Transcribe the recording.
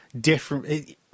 different